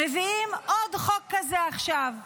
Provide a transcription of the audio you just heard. מביאים עוד חוק כזה עכשיו.